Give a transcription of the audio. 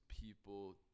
people